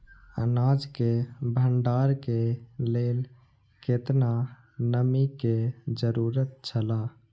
अनाज के भण्डार के लेल केतना नमि के जरूरत छला?